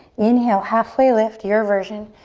inhale, halfway lift, your version.